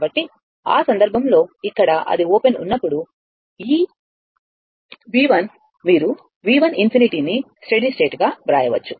కాబట్టి ఆ సందర్భంలో ఇక్కడ అది ఓపెన్ ఉన్నప్పుడు ఈ V1 మీరు V1 ∞ ని స్టడీ స్టేట్ గా వ్రాయవచ్చు